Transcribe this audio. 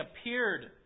appeared